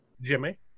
Jimmy